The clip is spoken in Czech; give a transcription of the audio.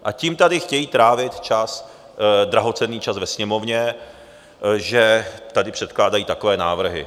A tím tady chtějí trávit čas, drahocenný čas ve Sněmovně, že tady předkládají takové návrhy.